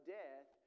death